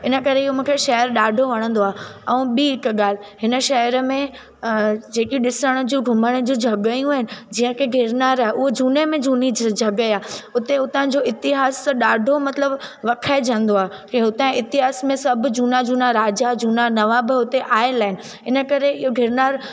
इनकरे इहो मूंखे शहर ॾाढो वणंदो आहे ऐं ॿीं हिक ॻाल्हि हिन शहर में जेके ॾिसण जूं घुमण जूं जगहयूं आहिनि जीअं की गिरनार आहे उहा झूने में झूनी जगह आहे हुते हुतां जो इतिहासु त ॾाढो मतलबु वखणायजंदो आहे की हुतां इतिहास में सभु झूना झूना राजा झूना नवाब हुते आयल आहिनि हिन करे इहो गिरनार